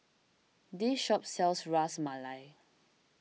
this shop sells Ras Malai